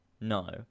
no